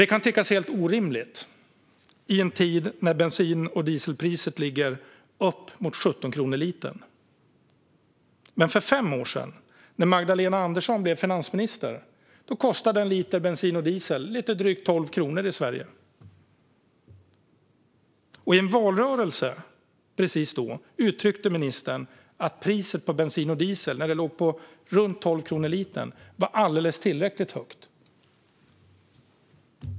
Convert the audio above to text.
Det kan tyckas helt orimligt i en tid när bensin och dieselpriset ligger uppemot 17 kronor per liter. Men för fem år sedan, när Magdalena Andersson blev finansminister, kostade en liter bensin eller diesel i Sverige lite drygt 12 kronor. I en valrörelse precis då gav ministern uttryck för att priset på bensin och diesel - då låg det på 12 kronor per liter - var alldeles tillräckligt högt.